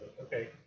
Okay